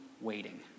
waiting